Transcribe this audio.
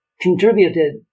contributed